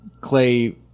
clay